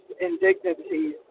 indignities